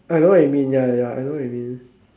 I know what it mean ya ya ya I know what it mean